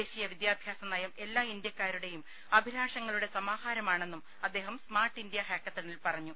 ദേശീയ വിദ്യാഭ്യാസ നയം എല്ലാ ഇന്ത്യക്കാരുടേയും അഭിലാഷങ്ങളുടെ സമാഹാരമാണെന്നും അദ്ദേഹം സ്മാർട്ട് ഇന്ത്യ ഹാക്കത്തണിൽ പറഞ്ഞു